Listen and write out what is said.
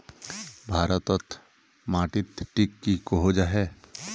भारत तोत माटित टिक की कोहो जाहा?